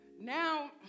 Now